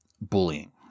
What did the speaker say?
Bullying